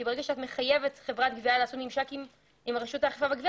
כי ברגע שאת מחייבת חברת גבייה לעשות ממשק עם רשות האכיפה והגבייה,